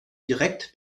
direkt